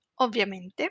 Ovviamente